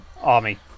Army